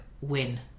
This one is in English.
win